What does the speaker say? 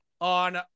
on